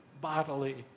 bodily